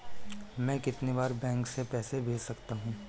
मैं कितनी बार बैंक से पैसे भेज सकता हूँ?